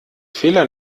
fehler